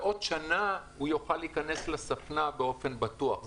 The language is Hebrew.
רק בעוד שנה הוא יוכל להיכנס לספנה באופן בטוח.